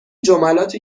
جملاتی